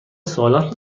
سوالات